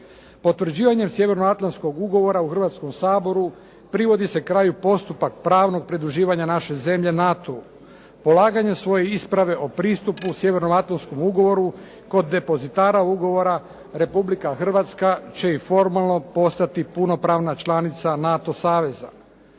Potvrđivanje Sjevernoatlanskog ugovora u Hrvatskom saboru privodi se kraju postupak pravnog pridruživanja naše zemlje NATO-u. Polaganjem svoje isprave o pristupu Sjevernoatlanskom ugovoru, kod depozitara ugovora Republika Hrvatska će i formalno postati punopravna članica NATO saveza.